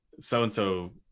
so-and-so